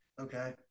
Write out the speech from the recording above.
Okay